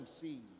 see